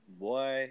Boy